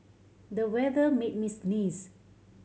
the weather made me sneeze